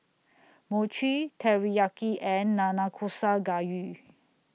Mochi Teriyaki and Nanakusa Gayu